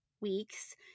weeks